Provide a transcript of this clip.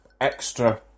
extra